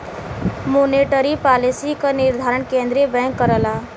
monetary policy क निर्धारण केंद्रीय बैंक करला